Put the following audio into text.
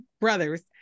brothers